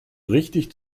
richtig